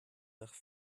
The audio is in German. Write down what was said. nach